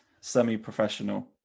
semi-professional